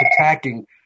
attacking